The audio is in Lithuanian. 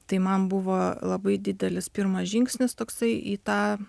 tai man buvo labai didelis pirmas žingsnis toksai į tą